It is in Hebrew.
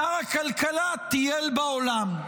שר הכלכלה טייל בעולם.